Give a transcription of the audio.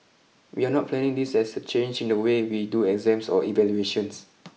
we are not planning this as a change in the way we do exams or evaluations